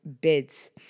bids